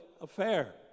affair